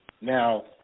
Now